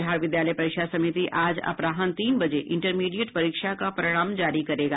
बिहार विद्यालय परीक्षा समिति आज अपराहन तीन बजे इंटरमीडिएट परीक्षा का परिणाम जारी करेगा